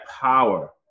power